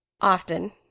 Often